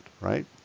right